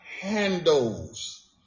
handles